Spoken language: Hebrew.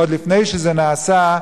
עוד לפני שזה נעשה,